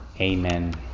Amen